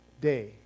day